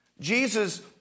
Jesus